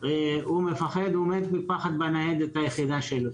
הוא מפחד, הוא מת מפחד בניידת היחידה שלו.